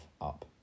up